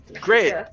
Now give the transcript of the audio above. Great